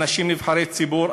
אנשים נבחרי ציבור,